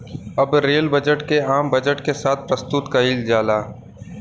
अब rail budget के आम बजट के साथ प्रसतुत कईल जाला